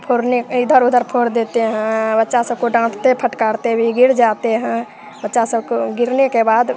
फोड़ने इधर उधर फोड़ देते हैं बच्चा सबको डाँटते फटकारते भी गिर जाते हैं बच्चा सबको गिरने के बाद